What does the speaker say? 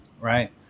right